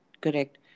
Correct